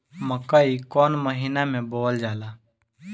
मकई कौन महीना मे बोअल जाला?